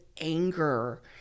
anger